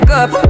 up